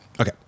Okay